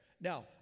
Now